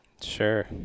Sure